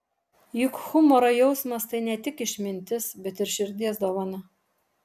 juk humoro jausmas tai ne tik išmintis bet ir širdies dovana